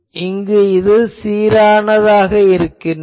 இங்கு இது சீரானது